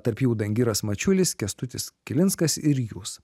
tarp jų dangiras mačiulis kęstutis kilinskas ir jūs